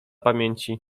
pamięci